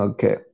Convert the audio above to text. Okay